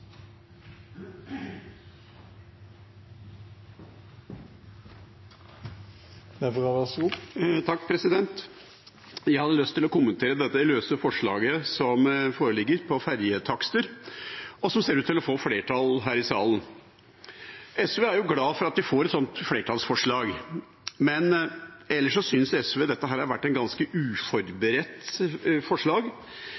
Jeg hadde lyst til å kommentere dette løse forslaget som foreligger om ferjetakster, og som ser ut til å få flertall her i salen. SV er jo glad for at vi får et sånt flertallsforslag, men ellers synes vi det har vært ganske